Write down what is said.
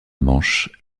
manche